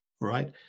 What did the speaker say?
right